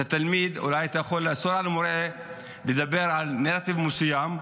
אולי אתה יכול לאסור על מורה לדבר על נרטיב מסוים,